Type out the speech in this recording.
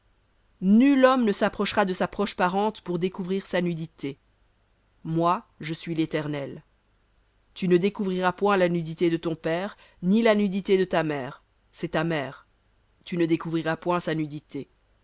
nul homme ne s'approchera de sa proche parente pour découvrir sa nudité moi je suis léternel tu ne découvriras point la nudité de ton père ni la nudité de ta mère c'est ta mère tu ne découvriras point sa nudité